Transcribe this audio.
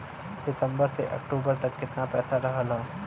सितंबर से अक्टूबर तक कितना पैसा रहल ह?